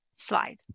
Slide